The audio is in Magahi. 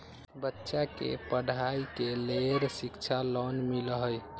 बच्चा के पढ़ाई के लेर शिक्षा लोन मिलहई?